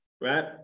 right